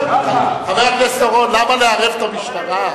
חבר הכנסת אורון, למה לערב את המשטרה?